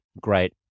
great